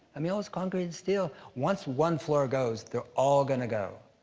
i mean, all this concrete and steel. once one floor goes, they're all gonna go.